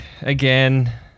again